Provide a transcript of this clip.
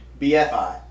BFI